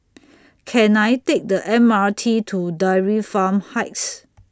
Can I Take The M R T to Dairy Farm Heights